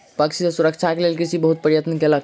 पक्षी सॅ सुरक्षाक लेल कृषक बहुत प्रयत्न कयलक